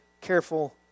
careful